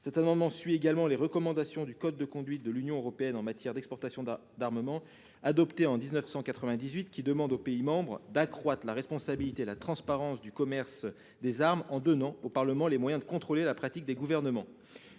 cet amendement suivent également les recommandations du code de conduite de l'Union européenne en matière d'exportation d'armements adopté en 1998, qui demande aux pays membres d'accroître la responsabilité et la transparence au sujet du commerce des armes, en donnant aux parlements les moyens de contrôler la pratique des gouvernements.